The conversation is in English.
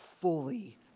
fully